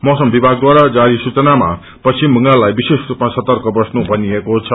मौसम विभागद्वारा जारी सूचनामा पश्चिम बंगाललाई विशेष रूपमा सर्तक बस्नु भनिएको छ